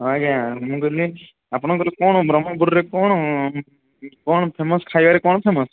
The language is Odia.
ହଁ ଆଜ୍ଞା ମୁଁ କହିଲି ଆପଣଙ୍କର କ'ଣ ବ୍ରହ୍ମପୁରରେ କ'ଣ କ'ଣ ଫେମସ ଖାଇବାରେ କ'ଣ ଫେମସ